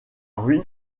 ruine